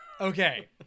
Okay